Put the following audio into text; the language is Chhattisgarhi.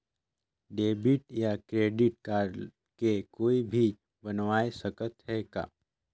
डेबिट या क्रेडिट कारड के कोई भी बनवाय सकत है का?